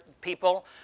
people